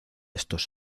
estos